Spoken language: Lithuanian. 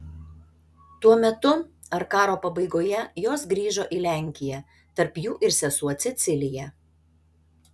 tuo metu ar karo pabaigoje jos grįžo į lenkiją tarp jų ir sesuo cecilija